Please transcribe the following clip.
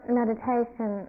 meditation